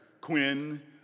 Quinn